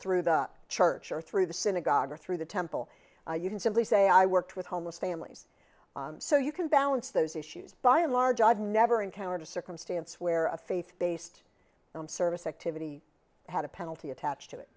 through the church or through the synagogue or through the temple you can simply say i worked with homeless families so you can balance those issues by and large i've never encountered a circumstance where a faith based on service activity had a penalty attached to it